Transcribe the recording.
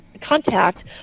contact